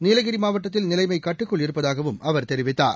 நீலகிரி மாவட்டத்தில் நிலைமை கட்டுக்குள் இருப்பதாகவும் அவர் தெரிவித்தார்